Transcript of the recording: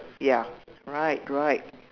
ya right right